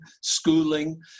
schooling